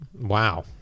Wow